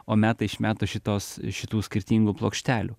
o metai iš metų šitos šitų skirtingų plokštelių